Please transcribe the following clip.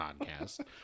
podcast